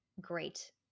great